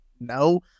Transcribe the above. No